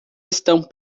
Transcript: estão